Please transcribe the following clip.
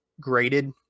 graded